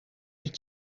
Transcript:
het